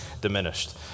diminished